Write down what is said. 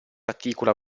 articola